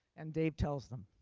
and dave tells them,